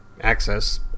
access